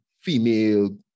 female